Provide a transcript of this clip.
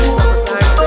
Summertime